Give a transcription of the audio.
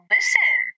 Listen